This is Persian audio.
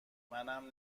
منم